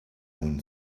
wind